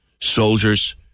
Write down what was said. soldiers